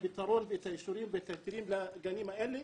האישורים ואת ההיתרים לגנים האלה.